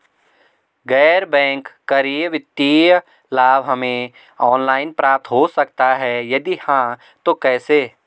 गैर बैंक करी वित्तीय लाभ हमें ऑनलाइन प्राप्त हो सकता है यदि हाँ तो कैसे?